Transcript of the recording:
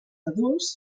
adults